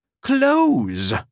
Close